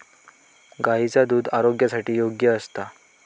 गायीचा दुध आरोग्यासाठी योग्य असता